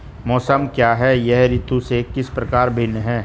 मौसम क्या है यह ऋतु से किस प्रकार भिन्न है?